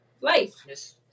life